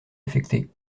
affectées